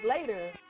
later